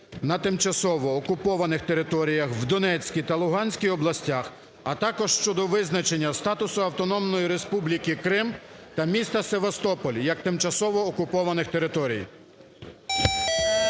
на тимчасово окупованих територіях в Донецькій та Луганській областях, а також щодо визначення статусу Автономної Республіки Крим та міста Севастополя як тимчасово окупованих територій".